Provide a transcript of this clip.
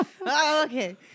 Okay